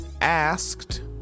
asked